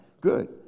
Good